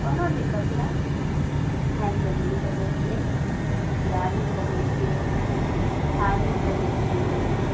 कोनो दिक्कत नहि आबि कऽ घुमि सकै छियै लए भी सकै छियै खाय भी सकै छियै